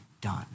done